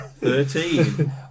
Thirteen